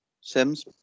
Sims